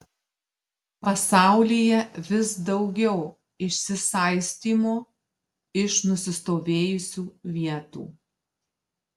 pasaulyje vis daugiau išsisaistymo iš nusistovėjusių vietų